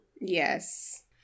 Yes